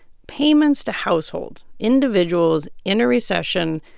payments to households, individuals in a recession,